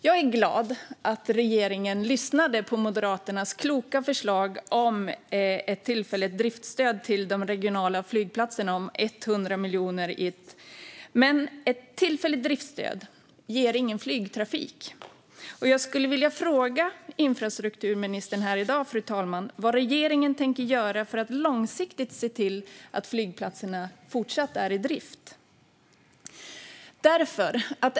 Jag är glad att regeringen lyssnade till Moderaternas kloka förslag om ett tillfälligt driftsstöd till de regionala flygplatserna om 100 miljoner. Ett tillfälligt driftsstöd ger dock ingen flygtrafik, och jag skulle vilja fråga infrastrukturministern här i dag, fru talman, vad regeringen tänker göra för att långsiktigt se till att flygplatserna även fortsatt är i drift.